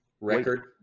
Record